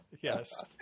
yes